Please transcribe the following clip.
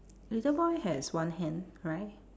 little boy has one hand right